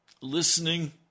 listening